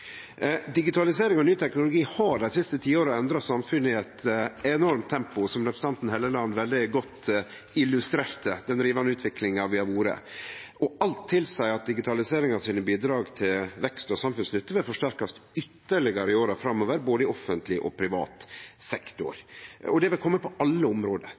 Digitalisering og ny teknologi har dei siste tiåra endra samfunnet i eit enormt tempo, som representanten Helleland veldig godt illustrerte, den rivande utviklinga vi har sett. Og alt tilseier at digitaliseringa sine bidrag til vekst og samfunnsnytte vil forsterkast ytterlegare i åra framover, i både offentleg og privat sektor, og det vil kome på alle område.